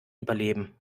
überleben